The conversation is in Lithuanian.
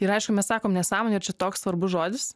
ir aišku mes sakom nesąmonė ir čia toks svarbus žodis